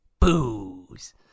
booze